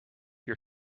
your